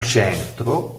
centro